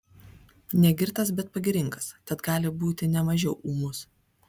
negirtas bet pagiringas tad gali būti ne mažiau ūmus